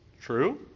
True